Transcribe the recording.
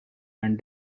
and